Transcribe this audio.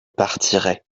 partirai